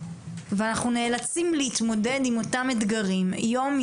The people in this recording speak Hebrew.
אנחנו נאלצים להתמודד עם אותם אתגרים יום,